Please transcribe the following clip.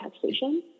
taxation